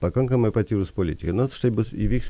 pakankamai patyrus politikė nu ot štai bus įvyks